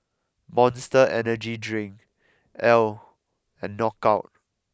Monster Energy Drink Elle and Knockout